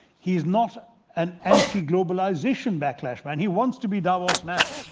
he is not an anti-globalisation backlash man. he wants to be davos man.